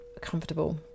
comfortable